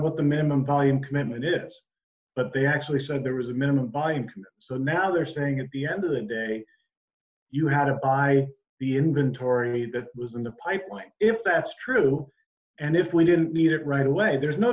what the minimum volume commitment is but they actually said there was a minimum buy i think so now they're saying at the end of the day you had to buy the inventory that was in the pipeline if that's true and if we didn't need it right away there's no